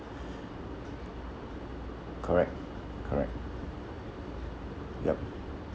correct correct yup